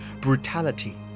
brutality